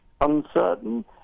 uncertain